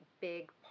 big